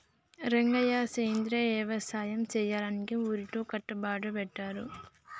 రంగయ్య సెంద్రియ యవసాయ సెయ్యాలని ఊరిలో కట్టుబట్లు పెట్టారు